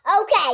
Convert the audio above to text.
Okay